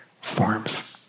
forms